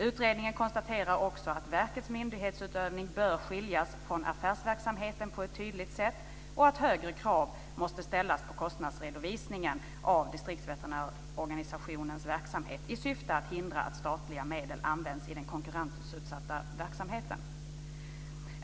Utredningen konstaterar också att verkets myndighetsutövning bör skiljas från affärsverksamheten på ett tydligt sätt och att högre krav måste ställas på kostnadsredovisningen av distriktsveterinärorganisationens verksamhet i syfte att hindra att statliga medel används i den konkurrensutsatta verksamheten.